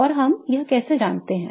और हम यह कैसे जानते हैं